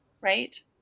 right